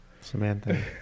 Samantha